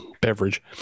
beverage